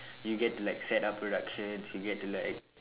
you get to like set up productions you get to like